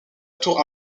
tour